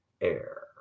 air